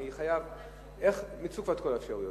בעצם מיצו כל האפשרויות.